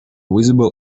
visible